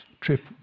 trip